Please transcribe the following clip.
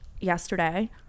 yesterday